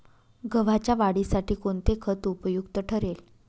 गव्हाच्या वाढीसाठी कोणते खत उपयुक्त ठरेल?